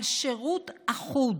על שירות אחוד,